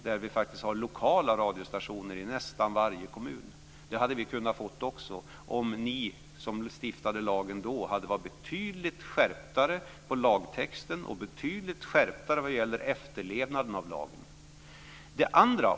Där har vi faktiskt lokala radiostationer i nästan varje kommun. Det hade vi också kunnat få om ni som stiftade lagen då hade varit betydligt mer skärpta vad gäller lagtexten och efterlevnaden av lagen.